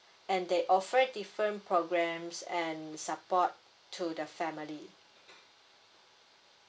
and they offer different programs and support to the family